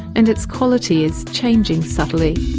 and its quality is changing subtly.